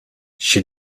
she